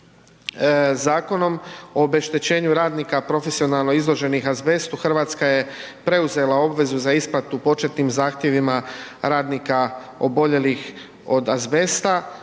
Zakonom o obeštećenju radnika profesionalno izloženih azbestu, RH je preuzela obvezu za isplatu početnim zahtjevima radnika oboljelih od azbesta,